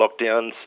lockdowns